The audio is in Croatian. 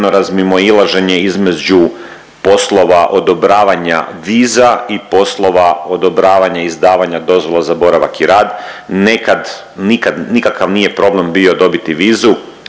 razmimoilaženje između poslova odobravanja viza i poslova odobravanja i izdavanja dozvola za boravak i rad. Nekad, nikakav nije problem bio dobiti vizu.